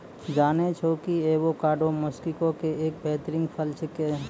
जानै छौ कि एवोकाडो मैक्सिको के एक बेहतरीन फल छेकै